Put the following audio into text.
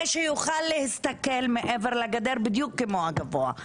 שיוכל להסתכל מעבר לגדר בדיוק כמוה גבוה.